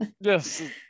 Yes